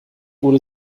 wurde